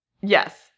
Yes